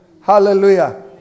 Hallelujah